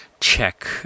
check